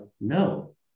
no